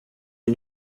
les